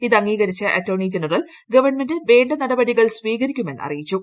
ഇത് അംഗീകരിച്ച attorney general government വേണ്ട് നടപടികൾ സ്വീകരിക്കുമെന്ന് അറിയിച്ചു